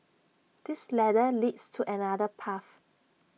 this ladder leads to another path